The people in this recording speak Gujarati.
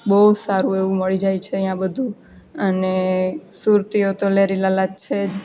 બહુ સારું એવું મળી જાય છે અહીંયા બધું અને સુરતીઓ તો લહેરી લાલા છે જ